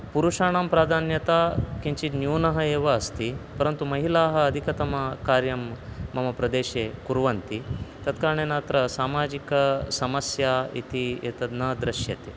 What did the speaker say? पुरुषाणां प्राधान्यता किञ्चित् न्यूनः एव अस्ति परन्तु महिलाः अधिकतमकार्यं मम प्रदेशे कुर्वन्ति तत्कारणेन अत्र सामाजिकसमस्या इति एतत् न दृश्यते